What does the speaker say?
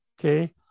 okay